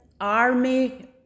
army